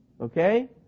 okay